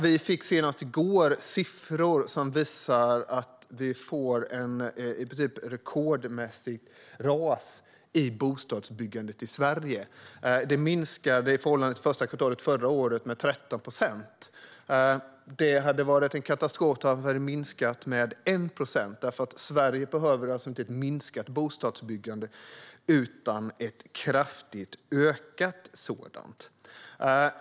Vi fick senast i går siffror som visar att vi har ett rekordmässigt ras i bostadsbyggandet i Sverige. Det har minskat med 13 procent i förhållande till första kvartalet förra året. Det hade varit en katastrof om det hade minskat med 1 procent, för Sverige behöver inte ett minskat bostadsbyggande utan ett kraftigt ökat sådant.